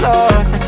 Lord